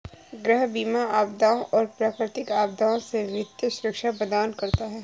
गृह बीमा आपदाओं और प्राकृतिक आपदाओं से वित्तीय सुरक्षा प्रदान करता है